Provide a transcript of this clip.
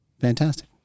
Fantastic